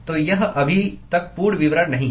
तो यह अभी तक पूर्ण विवरण नहीं है